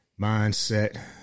mindset